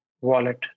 Wallet